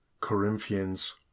Corinthians